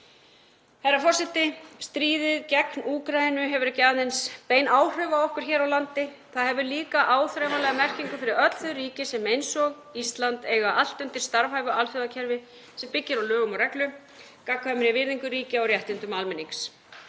Herra forseti. Stríðið gegn Úkraínu hefur ekki aðeins bein áhrif á okkur hér á landi. Það hefur líka áþreifanlega merkingu fyrir öll þau ríki sem eins og Ísland eiga allt undir starfhæfu alþjóðakerfi sem byggir á lögum og reglu, gagnkvæmri virðingu ríkja á réttindum almennings.